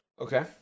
Okay